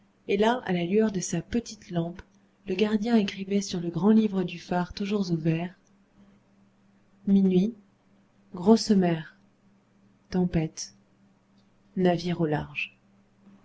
et là à la lueur de sa petite lampe le gardien écrivait sur le grand livre du phare toujours ouvert minuit grosse mer tempête navire au large